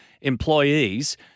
employees